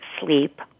sleep